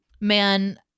Man